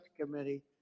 committee